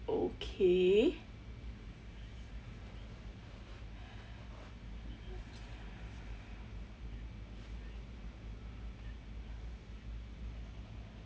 okay